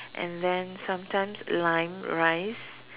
and then sometimes lime rice